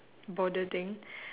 border thing